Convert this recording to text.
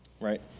right